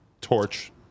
torch